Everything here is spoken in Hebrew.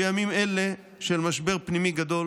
בימים אלה של משבר פנימי גדול,